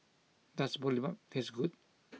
does Boribap taste good